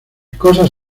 cosas